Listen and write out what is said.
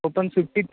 तो पण सुट्टीत